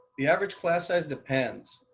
the average class size depends,